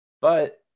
But-